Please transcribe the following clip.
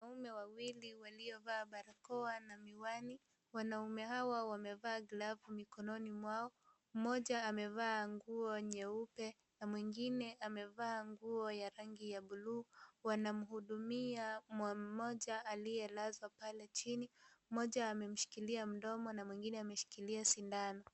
Wanaume wawili waliovaa barakoa na miwani wanaume hawa wamevaa glavu mikononi mwao mmoja amevaa nguo nyeupe na mwingine amevaa nguo ya rangi ya bluu wanamuhudumia mmama mmoja aliyelazwa pale chini mmoja amemshikilia mdomo na mwingine ameshikilia shindano.